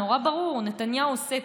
נורא ברור: נתניהו עושה,